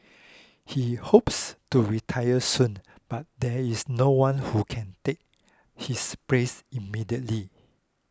he hopes to retire soon but there is no one who can take his place immediately